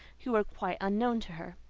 who were quite unknown to her.